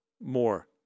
more